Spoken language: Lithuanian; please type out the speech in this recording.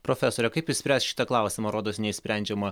profesore kaip išspręst šitą klausimą rodos neišsprendžiama